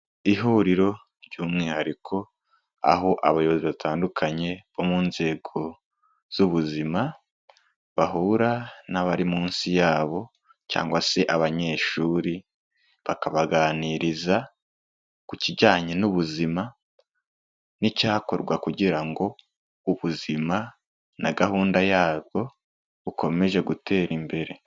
Ihuriro ry'umwihariko, aho abayobozi batandukanye, bo mu nzego z'ubuzima bahura n'abari munsi yabo, cyangwa se abanyeshuri, bakabaganiriza ku kijyanye n'ubuzima, n'icyakorwa kugira ngo ubuzima na gahunda yabwo, bukomeze gutera imbere.